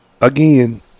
again